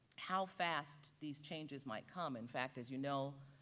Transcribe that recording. how fast these changes might come. in fact, as you know,